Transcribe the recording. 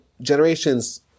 generation's